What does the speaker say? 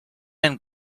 and